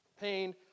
pain